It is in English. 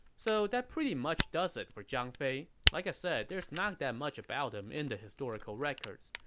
so that pretty much does it for zhang fei. like i said, there's not that much about him in the historical records.